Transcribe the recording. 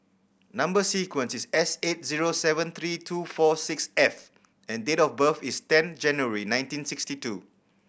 number sequence is S eight zero seven three two four six F and date of birth is ten January nineteen sixty two